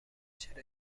چرا